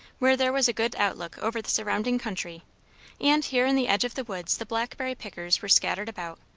where there was a good outlook over the surrounding country and here in the edge of the woods the blackberry pickers were scattered about,